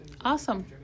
awesome